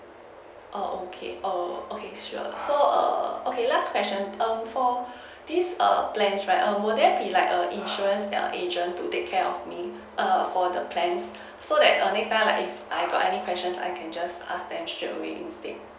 oh okay oh okay sure so err okay last question um for this err plans right err will there be like a insurance that your agent to take care of me err for the plan so that err next time like if I got any questions I can just ask them straight away instead